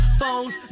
phones